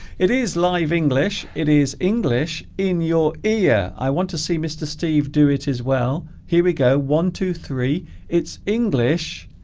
it is live english it is english in your ear i want to see mr. steve do it as well here we go one two three it's english